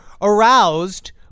aroused